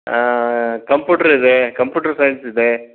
computer ಇದೆ computer science ಇದೆ